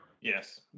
yes